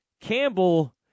Campbell